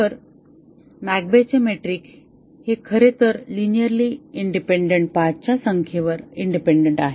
तर मॅककेबचे मेट्रिक हे खरे तर लिनिअरली इंडिपेंडन्ट पाथ च्या संख्येवर इंडिपेंडंट आहे